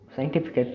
Scientific